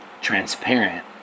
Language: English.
transparent